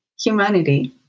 humanity